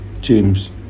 James